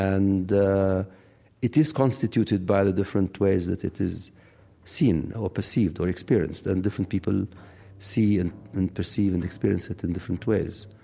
and it is constituted by the different ways that it is seen or perceived or experienced. and different people see and and perceive and experience it in different ways.